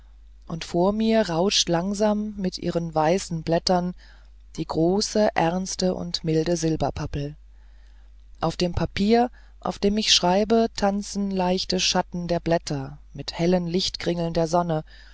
und vor mir rauscht langsam mit ihren weißen blättern die große ernste und milde silberpappel auf dem papier auf dem ich schreibe tanzen leichte schatten der blätter mit hellen lichtkringeln der sonne